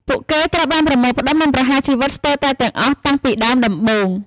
ពួកគេត្រូវបានប្រមូលផ្តុំ និងប្រហារជីវិតស្ទើរតែទាំងអស់តាំងពីដើមដំបូង។